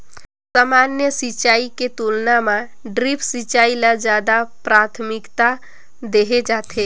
सामान्य सिंचाई के तुलना म ड्रिप सिंचाई ल ज्यादा प्राथमिकता देहे जाथे